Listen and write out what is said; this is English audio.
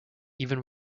even